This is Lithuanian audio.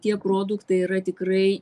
tie produktai yra tikrai